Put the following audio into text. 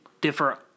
differ